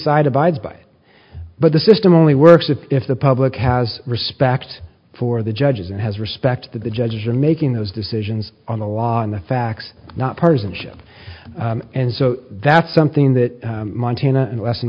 side abides by it but the system only works if the public has respect for the judges and has respect that the judges are making those decisions on the law and the facts not partisanship and so that's something that montana and western